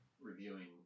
reviewing